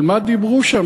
על מה דיברו שם?